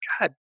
God